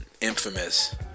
infamous